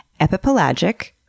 epipelagic